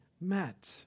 met